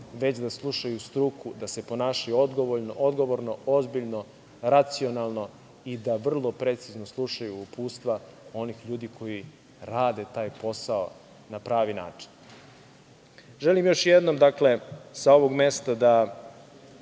već da slušaju struku, da se ponašaju odgovorno, ozbiljno, racionalno i da vrlo precizno slušaju uputstva onih ljudi koji rade taj posao na pravi način. Želim još jednom sa ovog mesta da